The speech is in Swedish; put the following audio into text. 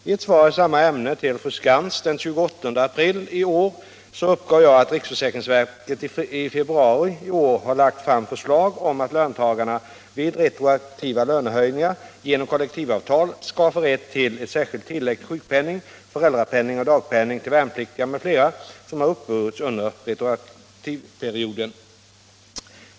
I ett svar i samma ämne till fru Skantz den 28 april i år uppgav jag att riksförsäkringsverket i februari i år har lagt fram förslag om att löntagarna vid retroaktiva lönehöjningar genom kollektivavtal skall få rätt till ett särskilt tillägg till sjukpenning, föräldrapenning och dagpenning till värnpliktiga m.fl. som har uppburits under retroaktivperioden.